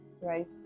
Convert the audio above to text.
right